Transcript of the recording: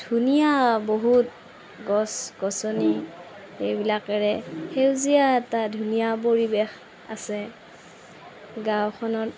ধুনীয়া বহুত গছ গছনি এইবিলাকেৰে সেউজীয়া এটা ধুনীয়া পৰিৱেশ আছে গাঁওখনত